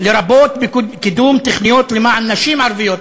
לרבות קידום תוכניות למען נשים ערביות.